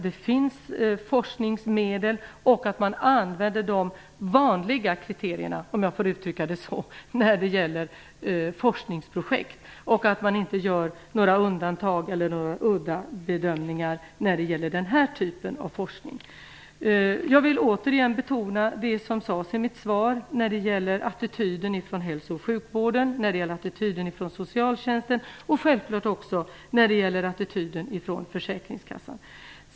Det finns forskningsmedel, och man skall använda de vanliga kriterierna när det gäller forskningsprojekt. Man skall inte göra några undantag eller udda bedömningar när det gäller denna forskning. Jag vill återigen betona det jag sade i mitt svar när det gäller attityden från hälso och sjukvården, socialtjänsten och självfallet också från försäkringskassan.